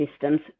systems